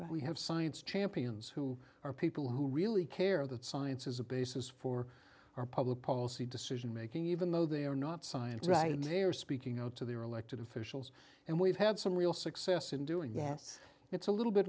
that we have science champions who are people who really care that science is a basis for our public policy decision making even though they are not science right and they are speaking out to their elected officials and we've had some real success in doing yes it's a little bit